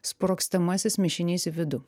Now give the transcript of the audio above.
sprogstamasis mišinys į vidų